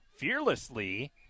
Fearlessly